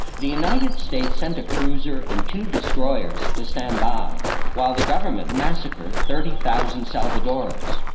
the united states sent a cruiser and two destroyers to stand by while the government massacred thirty thousand salvadorans.